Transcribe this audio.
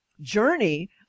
journey